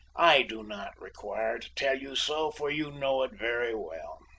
i do not require to tell you so, for you know it very well.